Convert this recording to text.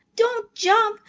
don't jump,